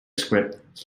script